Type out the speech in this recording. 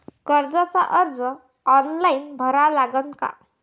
कर्जाचा अर्ज ऑनलाईन भरा लागन का?